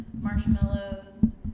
marshmallows